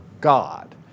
God